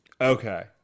Okay